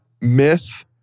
Myth